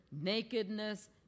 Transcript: nakedness